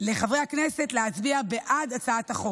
לחברי הכנסת להצביע בעד הצעת החוק.